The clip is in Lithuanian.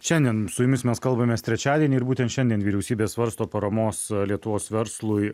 šiandien su jumis mes kalbamės trečiadienį ir būtent šiandien vyriausybė svarsto paramos lietuvos verslui